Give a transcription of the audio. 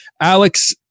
Alex